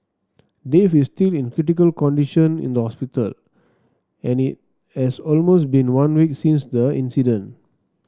Dave is still in critical condition in the hospital and it has almost been one week since the incident